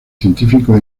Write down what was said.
científicos